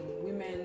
women